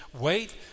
wait